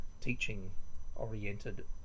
teaching-oriented